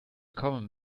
common